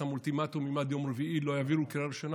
ששם אולטימטום: אם עד יום רביעי לא יעבירו בקריאה ראשונה,